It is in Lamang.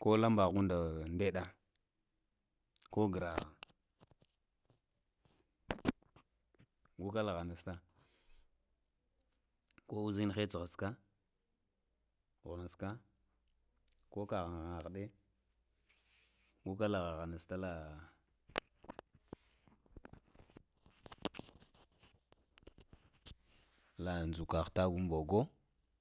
ko laɓahu nɗa ndeɗa, ko grahaiga lahanusta kouzhena nuska, tsuhanuska ko kalaha hanuskanɗe, guga lahahahuska lā la ndoka ha nbigo